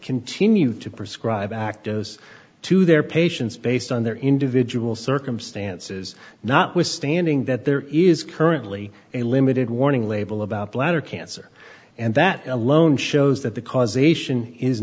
continue to prescribe actos to their patients based on their individual circumstances notwithstanding that there is currently a limited warning label about bladder cancer and that alone shows that the causation is